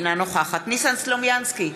אינה נוכחת ניסן סלומינסקי,